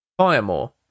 Firemore